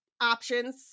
options